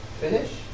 Finish